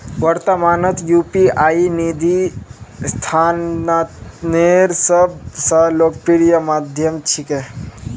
वर्त्तमानत यू.पी.आई निधि स्थानांतनेर सब स लोकप्रिय माध्यम छिके